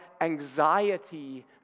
anxiety